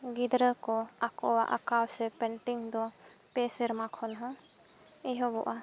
ᱜᱤᱫᱽᱨᱟᱹ ᱠᱚ ᱟᱠᱚᱣᱟᱜ ᱟᱠᱟᱣ ᱥᱮ ᱯᱮᱱᱴᱤᱝ ᱫᱚ ᱯᱮ ᱥᱮᱨᱢᱟ ᱠᱷᱚᱱ ᱦᱚᱸ ᱮᱦᱚᱵᱚᱜᱼᱟ